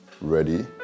ready